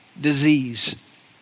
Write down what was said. disease